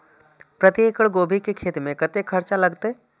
प्रति एकड़ गोभी के खेत में कतेक खर्चा लगते?